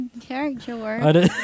character